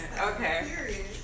Okay